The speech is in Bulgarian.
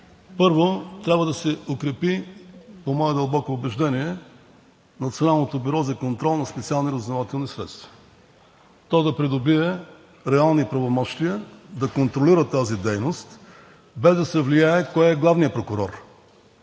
Първо, трябва да се укрепи, по мое дълбоко убеждение, Националното бюро за контрол на специалните разузнавателни средства, то да придобие реални правомощия – да контролира тази дейност, без да се влияе кой е главен прокурор.